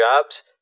jobs